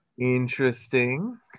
Interesting